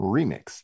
Remix